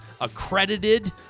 accredited